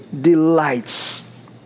delights